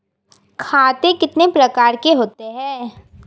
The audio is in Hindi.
खाते कितने प्रकार के होते हैं?